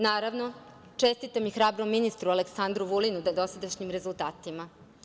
Naravno, čestitam i hrabrom ministru Aleksandru Vulinu na dosadašnjim rezultatima.